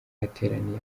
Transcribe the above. hateraniye